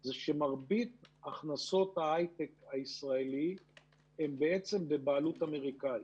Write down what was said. היא שמרבית הכנסות ההיי-טק הישראלי הם בעצם בבעלות אמריקאית.